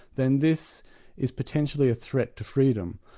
then this is potentially a threat to freedom,